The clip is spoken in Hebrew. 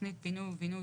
תכנית פינוי ובינוי,